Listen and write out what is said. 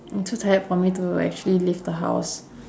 I'm too tired for me to actually leave the house